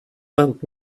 sent